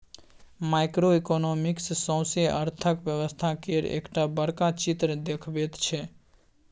micro economics सौसें अर्थक व्यवस्था केर एकटा बड़का चित्र देखबैत छै